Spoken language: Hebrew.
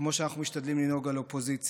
כמו שאנחנו משתדלים לנהוג כאופוזיציה.